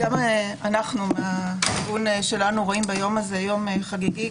גם אנו מהכיוון שלנו רואים ביום הזה יום חגיגי.